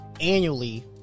annually